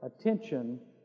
attention